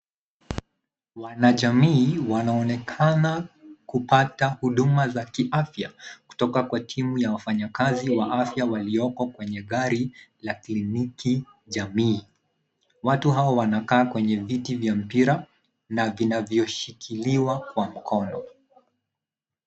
Wanajamii wanaonekana kupata huduma za kiafya kutoka kwa timu ya wafanyikazi wa afya walioko kwenye gari la kliniki jamii . Watu hawa wanakaa kwenye viti vya mpira na vinavyoshikiliwa kwa mkono.